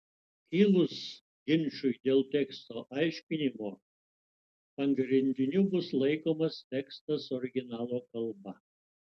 kilus ginčui dėl teksto aiškinimo pagrindiniu bus laikomas tekstas originalo kalba